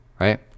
right